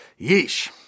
Yeesh